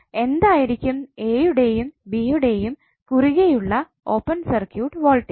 എന്തായിരിക്കും a യുടെയും b യുടെയും കുറുകേയുള്ള ഓപ്പൺ സർക്യൂട്ട് വോൾട്ടേജ്